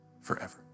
forever